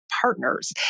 partners